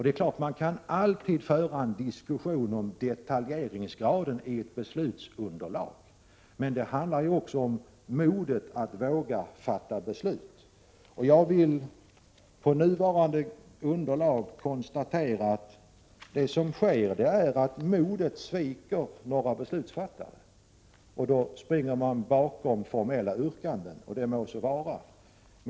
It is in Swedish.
Det är klart att det alltid kan föras en diskussion om detaljeringsgraden i ett beslutsunderlag, men här handlar det också om modet att våga fatta beslut. Jag konstaterar på nuvarande underlag att det som sker är att modet sviker några beslutsfattare. Då springer de bakom formella yrkanden, och det må så vara.